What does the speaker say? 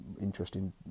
interesting